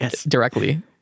directly